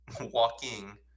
walking